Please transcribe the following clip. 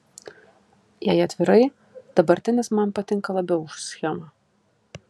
jei atvirai dabartinis man patinka labiau už schemą